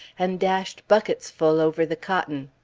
and dashed bucketsful over the cotton.